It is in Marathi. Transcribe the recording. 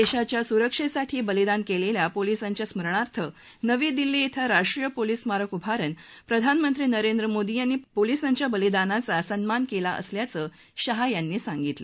देशाच्या सुरक्षेसाठी बलिदान केलेल्या पोलिसांघ्या स्मरणार्थ नवी दिल्ली धिं राष्ट्रीय पोलीस स्मारक उभारून प्रधानमंत्री नरेंद्र मोदी यांनी पोलीसांच्या बलिदानाचा सन्मान केला असल्याचं शाह म्हणाले